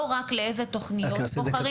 לא רק לאיזה תכניות בוחרים,